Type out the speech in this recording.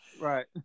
Right